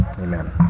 Amen